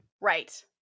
right